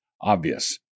obvious